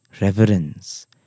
reverence